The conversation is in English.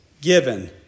given